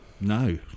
no